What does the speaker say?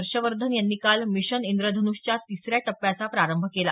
हर्षवर्धन यांनी काल मिशन इंद्रधन्षच्या तिसऱ्या टप्प्याचा प्रारंभ केला